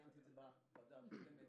ציינתי את זה בישיבה הקודמת